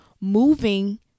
Moving